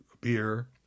beer